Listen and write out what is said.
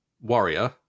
warrior